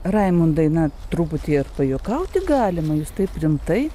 raimundai na truputį pajuokauti galima jus taip rimtai